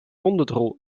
hondendrol